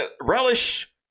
Relish